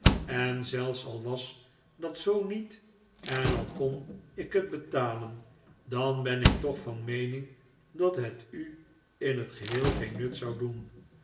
en zelfs al was dat zoo niet en al kon ik het betalen dan ben ik toch van meening dat het u in t geheel geen nut zou doen